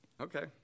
Okay